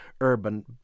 urban